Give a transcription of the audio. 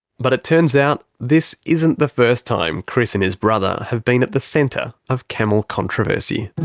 but it turns out, this isn't the first time chris and his brother have been at the centre of camel controversy.